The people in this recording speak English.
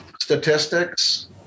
statistics